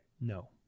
No